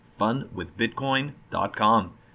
funwithbitcoin.com